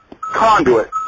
conduit